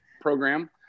program